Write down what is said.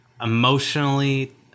Emotionally